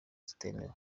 zitemewe